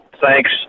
Thanks